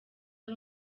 ari